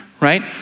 right